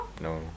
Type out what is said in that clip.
No